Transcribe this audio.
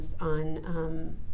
on